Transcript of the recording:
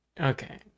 okay